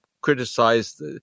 criticized